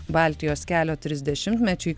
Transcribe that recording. baltijos kelio trisdešimtmečiui